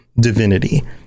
divinity